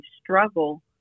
struggle